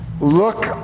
Look